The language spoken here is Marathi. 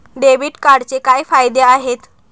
डेबिट कार्डचे काय फायदे आहेत?